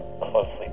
closely